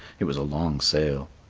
it was a long sail.